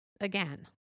Again